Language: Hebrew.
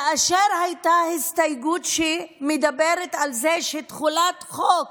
כאשר הייתה הסתייגות שמדברת על תחולת חוק